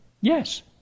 Yes